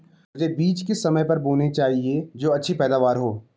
मुझे बीज किस समय पर बोना चाहिए जो अच्छी पैदावार हो?